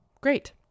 Great